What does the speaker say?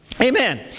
Amen